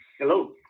hello